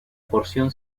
porción